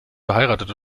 verheiratet